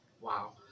wow